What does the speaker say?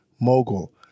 Mogul